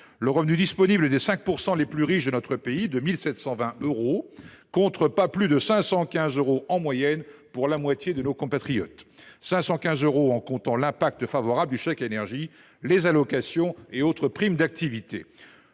le revenu disponible des 5 % les plus riches de notre pays de 1 720 euros contre 515 euros en moyenne pour la moitié de nos compatriotes. Ces 515 euros prennent en compte les effets favorables du chèque énergie, des allocations et des autres primes d’activité.